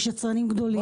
יש יצרנים גדולים.